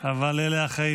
אבל אלה החיים.